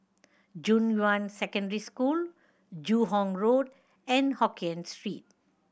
Junyuan Secondary School Joo Hong Road and Hokien Street